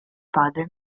padre